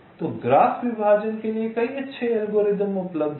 तो ग्राफ विभाजन के लिए कई अच्छे एल्गोरिदम उपलब्ध हैं